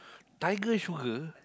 Tiger-Sugar